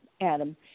Adam